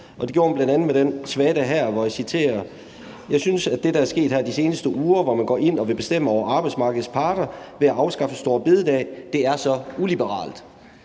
det gjorde hun bl.a. med den her svada, som jeg citerer: »Jeg synes, at det der er sket i de sidste uger, hvor man går ind og vil bestemme over arbejdsmarkedets parter ved at afskaffe store bededag, det er så u-liberalt«.